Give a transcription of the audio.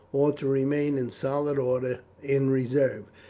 or to remain in solid order in reserve.